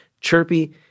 Chirpy